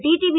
TTV